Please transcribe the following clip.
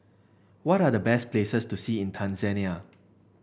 what are the best places to see in Tanzania